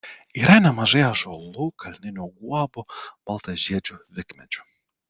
yra nemažai ąžuolų kalninių guobų baltažiedžių vikmedžių